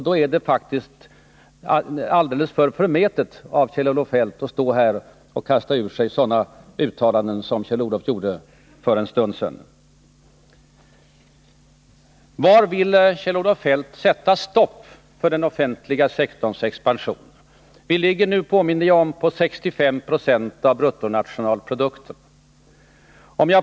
Då är det faktiskt alldeles för förmätet av Kjell-Olof Feldt att stå här och kasta ur sig sådana uttalanden som han gjorde för en stund sedan. Var vill Kjell-Olof Feldt sätta stopp för den offentliga sektorns expansion? Jag påminde om att vi nu ligger på 65 20 av bruttonationalprodukten.